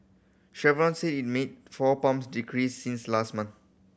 Chevron said it made four pump decreases since last month